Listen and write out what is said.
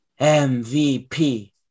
MVP